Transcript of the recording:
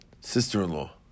sister-in-law